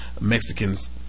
Mexicans